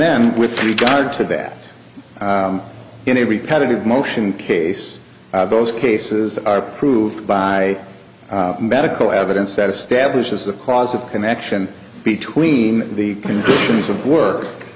then with regard to that in a repetitive motion case both cases are approved by medical evidence that establishes the cause of connection between the conditions of work